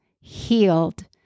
healed